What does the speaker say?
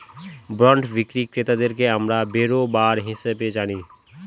bond বিক্রি ক্রেতাদেরকে আমরা বেরোবার হিসাবে জানি